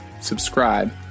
subscribe